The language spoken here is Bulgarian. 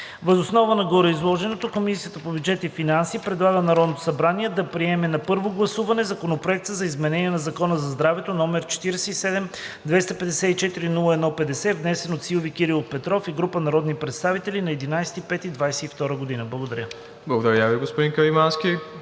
Въз основа на гореизложеното Комисията по бюджет и финанси предлага на Народното събрание да приеме на първо гласуване Законопроект за изменение на Закона за здравето, № 47-254-01-50, внесен от Силви Кирилов Петров и група народни представители на 11 май 2022 г.“ Благодаря. ПРЕДСЕДАТЕЛ МИРОСЛАВ ИВАНОВ: Благодаря Ви, господин Каримански.